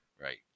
right